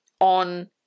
on